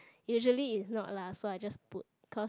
usually it's not lah so I just put cause